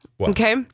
Okay